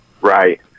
Right